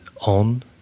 on